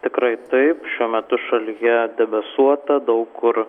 tikrai taip šiuo metu šalyje debesuota daug kur